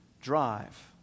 drive